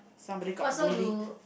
somebody got bullied